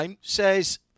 says